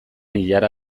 ilara